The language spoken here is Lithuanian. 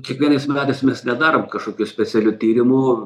kiekvienais metais mes nedarom kažkokių specialių tyrimų